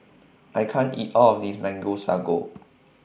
I can't eat All of This Mango Sago